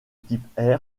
type